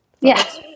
yes